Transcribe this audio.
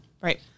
Right